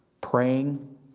praying